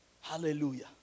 Hallelujah